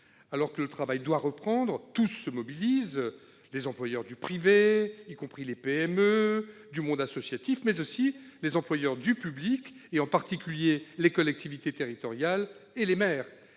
Alors que le travail doit reprendre, tous se mobilisent : les employeurs du secteur privé, notamment de PME, les employeurs associatifs, mais aussi les employeurs du secteur public, en particulier les collectivités territoriales et les maires.